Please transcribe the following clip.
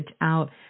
out